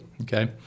Okay